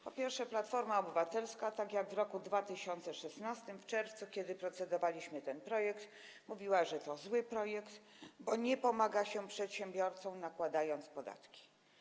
Po pierwsze, Platforma Obywatelska w czerwcu 2016 r., kiedy procedowaliśmy ten projekt, mówiła, że to zły projekt, bo nie pomaga się przedsiębiorcom, nakładając podatki.